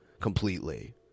completely